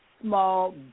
small